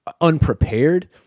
unprepared